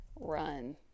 run